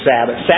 Sabbath